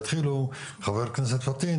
חבר הכנסת פטין,